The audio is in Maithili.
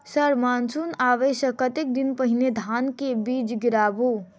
सर मानसून आबै सऽ कतेक दिन पहिने धान केँ बीज गिराबू?